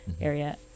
area